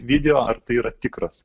video ar tai yra tikras